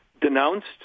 denounced